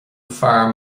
fear